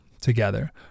together